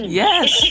yes